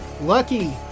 Lucky